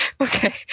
Okay